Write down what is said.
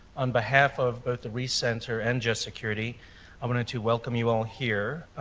on behalf of both the reiss center and just security i wanted to welcome you all here.